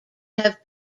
have